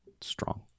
strong